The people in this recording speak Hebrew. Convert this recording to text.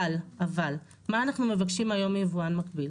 אבל מה אנחנו מבקשים היום מיבואן מקביל?